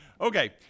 Okay